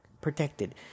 protected